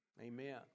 amen